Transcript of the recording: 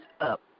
up